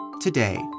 Today